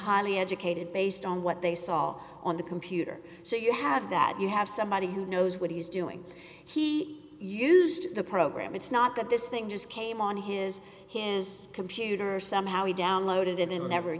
highly educated based on what they saw on the computer so you have that you have somebody who knows what he's doing he used the program it's not that this thing just came on his his computer somehow he downloaded and then never